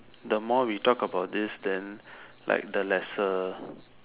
the more we talk about this then like the lesser